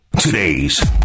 Today's